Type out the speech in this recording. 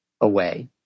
away